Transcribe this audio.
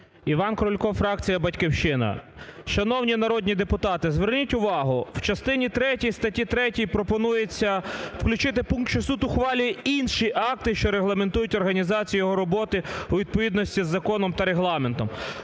Іван Крулько, фракція "Батьківщина". Шановні народні депутати, зверніть увагу, в частині третій статті 3 пропонується включити пункт, що суд ухвалює інші акти, що регламентують організацію його роботи у відповідності з законом та регламентом.